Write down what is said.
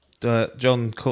John